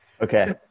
Okay